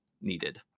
needed